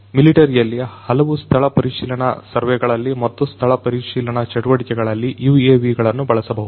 ಮಿಲಿಟರಿಯಲ್ಲಿ ಹಲವು ಸ್ಥಳ ಪರಿಶೀಲನಾ ಸರ್ವೆ ಗಳಲ್ಲಿ ಮತ್ತು ಸ್ಥಳ ಪರಿಶೀಲನಾ ಚಟುವಟಿಕೆಗಳಲ್ಲಿ UAVಗಳನ್ನು ಬಳಸಬಹುದು